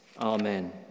Amen